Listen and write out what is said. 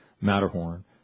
Matterhorn